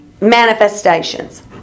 manifestations